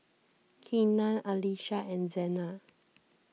Kenan Alysha and Zena